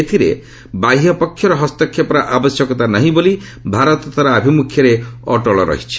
ଏଥିରେ ବାହ୍ୟପକ୍ଷର ହସ୍ତକ୍ଷେପର ଆବଶ୍ୟକତା ନାହିଁ ବୋଲି ଭାରତ ତା'ର ଆଭିମୁଖ୍ୟରେ ଅଟଳ ଅଛି